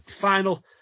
final